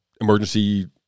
emergency